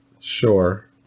Sure